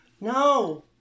No